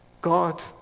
God